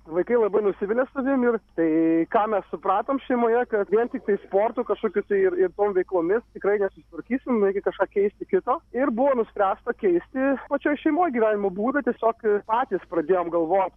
vaikai labai nusivilia savim ir tai ką mes supratom šeimoje kad vien tiktai sportu kažkokiu tai ir ir tom veiklomis tikrai nesusitvarkysim reikia kažką keisti kito ir buvo nuspręsta keisti pačioj šeimoj gyvenimo būdą tiesiog ir patys pradėjom galvoti